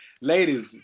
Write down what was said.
ladies